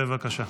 בבקשה.